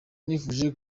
nifuje